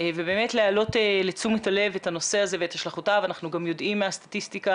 בעקבות כל הדברים שאנחנו מכירים אותם,